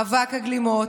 מאבק הגלימות,